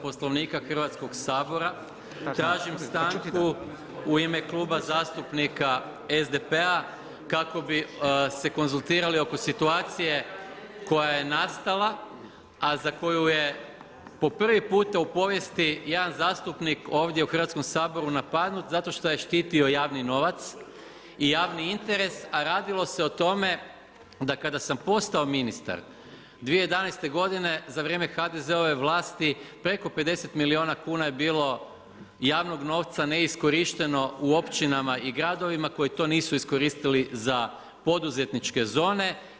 Poslovnika Hrvatskoga sabora tražim stanku u ime Kluba zastupnika SDP-a kako bi se konzultirali oko situacije koju je nastala a za koju je po prvi puta u povijesti jedan zastupnik ovdje u Hrvatskom saboru napadnut zato što je štitio javni novac i javni interes a radilo se o tome da kada sam postao ministar 2011. godine za vrijeme HDZ-ove vlasti, preko 50 milijuna kuna je bilo javnog novca, neiskorišteno u općinama i gradovima koji to nisu iskoristili za poduzetničke zone.